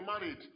married